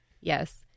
Yes